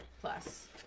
Plus